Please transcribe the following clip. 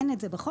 אין את זה בחוק.